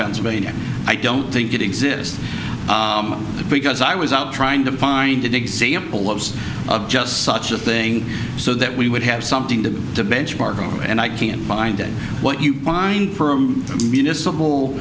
pennsylvania i don't think it exists because i was out trying to find an example of just such a thing so that we would have something to the benchmark and i can find what you find firm municipal